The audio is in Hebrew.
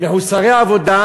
מחוסרי עבודה,